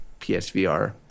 PSVR